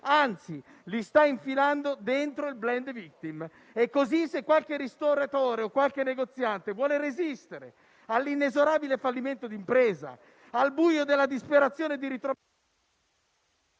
anzi li sta infilando dentro il *blame victim* e così se qualche ristoratore o qualche negoziante vuole resistere all'inesorabile fallimento di impresa, al buio della disperazione...